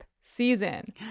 season